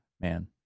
man